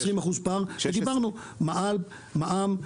בגלל מע"מ,